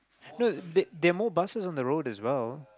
no there there more buses on the road as well